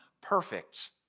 perfect